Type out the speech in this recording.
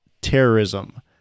terrorism